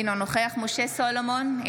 אינו נוכח משה סולומון,